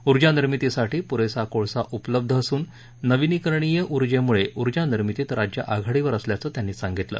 ऊर्जा निर्मितीसाठी प्रेसा कोळसा उपलब्ध असून नवीकरणीय ऊर्जेम्ळे ऊर्जानिर्मितीत राज्य आघाडीवर असल्याचं त्यांनी सांगितलं